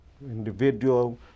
individual